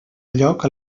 lloc